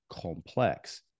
complex